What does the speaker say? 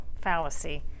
fallacy